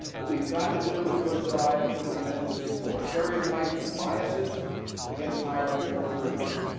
what we've got to do is put aside, and somebody mentioned this before, stereotypes and biases against hiring former prisoners.